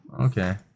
Okay